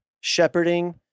shepherding